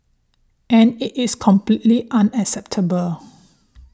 and it is completely unacceptable